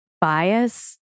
bias